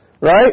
Right